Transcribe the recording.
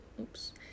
Oops